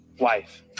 wife